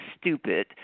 stupid